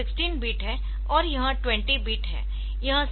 यह 16 बिट है और यह 20 बिट है